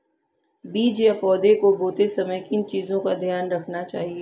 बीज या पौधे को बोते समय किन चीज़ों का ध्यान रखना चाहिए?